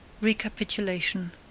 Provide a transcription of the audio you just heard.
Recapitulation